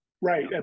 Right